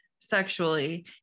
sexually